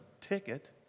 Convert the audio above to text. ticket